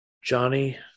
johnny